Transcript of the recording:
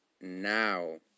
now